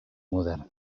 modern